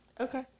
Okay